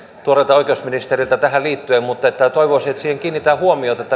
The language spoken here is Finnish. tuoreelta oikeusministeriltä tähän liittyen mutta toivoisin että siihen kiinnitetään huomiota